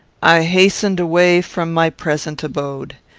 i hastened away from my present abode.